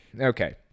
Okay